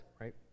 right